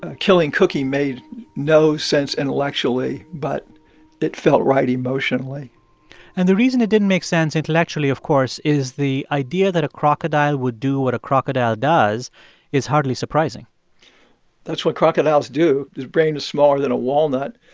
ah killing cookie made no sense intellectually, but it felt right emotionally and the reason it didn't make sense intellectually, of course, is the idea that a crocodile would do what a crocodile does is hardly surprising that's what crocodiles do. his brain is smaller than a walnut.